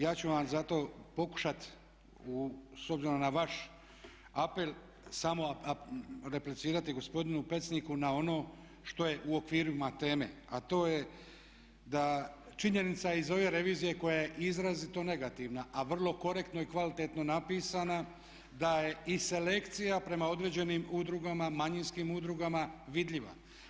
Ja ću vam zato pokušat s obzirom na vaš apel samo replicirati gospodinu Pecniku na ono što je u okvirima teme a to je da činjenica iz ove revizije koja je izrazito negativna, a vrlo korektno i kvalitetno napisana, da je i selekcija prema određenim udrugama, manjinskim udrugama vidljiva.